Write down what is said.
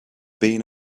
been